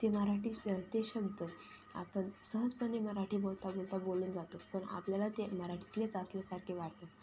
ते मराठी श ते शब्द आपण सहजपणे मराठी बोलता बोलता बोलून जातो पण आपल्याला ते मराठीतलेच असल्यासारखे वाटतं